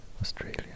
Australia